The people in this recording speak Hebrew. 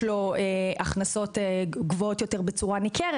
לו הכנסות גבוהות יותר בצורה ניכרת.